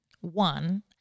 One